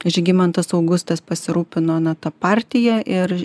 žygimantas augustas pasirūpino na ta partija ir